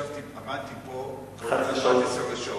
עמדתי פה 11 שעות,